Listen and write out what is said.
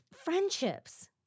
friendships